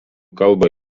kalbą